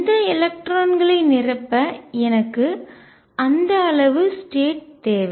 இந்த எலக்ட்ரான்களை நிரப்ப எனக்கு அந்த அளவு ஸ்டேட் நிலை தேவை